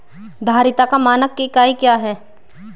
धारिता का मानक इकाई क्या है?